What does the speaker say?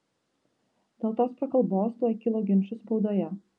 dėl tos prakalbos tuoj kilo ginčų spaudoje